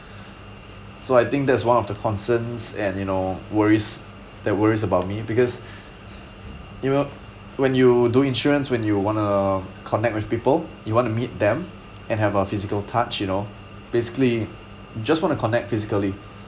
so I think that's one of the concerns and you know worries that worries about me because you know when you do insurance when you want to connect with people you want to meet them and have a physical touch you know basically just want to connect physically